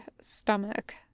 stomach